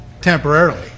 Temporarily